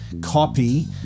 copy